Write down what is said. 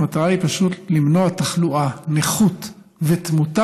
המטרה היא פשוט למנוע תחלואה, נכות ותמותה,